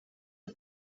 are